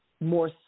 more